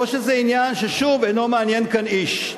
או שזה עניין ששוב אינו מעניין כאן איש?